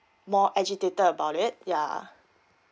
more agitated about it yeah